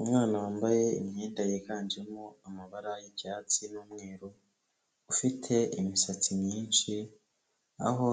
Umwana wambaye imyenda yiganjemo amabara y'icyatsi n'umweru, ufite imisatsi myinshi aho